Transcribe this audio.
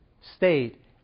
state